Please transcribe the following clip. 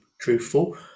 truthful